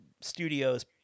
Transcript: studios